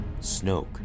Snoke